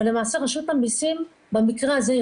אבל למעשה רשות המסים במקרה הזה היא